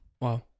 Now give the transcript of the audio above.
wow